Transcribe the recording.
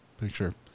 picture